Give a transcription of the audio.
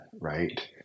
Right